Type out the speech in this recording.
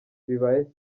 bibaye